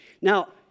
Now